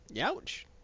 Ouch